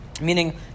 Meaning